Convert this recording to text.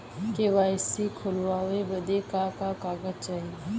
KYC खोलवावे बदे का का कागज चाही?